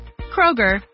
Kroger